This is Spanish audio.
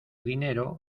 dinero